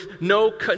no